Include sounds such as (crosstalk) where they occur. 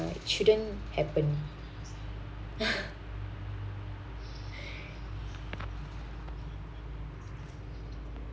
uh it shouldn't happen (laughs)